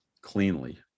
cleanly